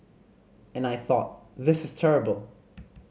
and I thought This is terrible